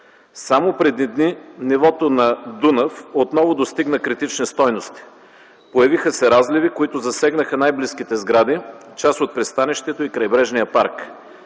Само преди дни нивото на р. Дунав отново достигна критични стойности. Появиха се разливи, които засегнаха най-близките сгради, част от пристанището и крайбрежния парк.